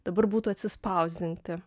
dabar būtų atsispausdinti